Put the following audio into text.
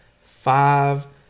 five